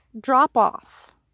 drop-off